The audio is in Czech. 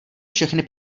všechny